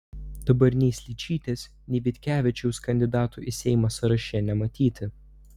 dabar nei sličytės nei vitkevičiaus kandidatų į seimą sąraše nematyti